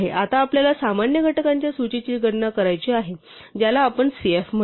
आता आपल्याला सामान्य घटकांच्या सूचीची गणना करायची आहे ज्याला आपण cf म्हणू